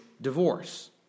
divorce